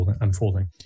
unfolding